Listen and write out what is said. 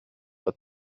but